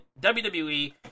WWE